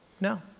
No